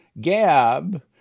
Gab